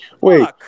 Wait